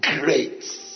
great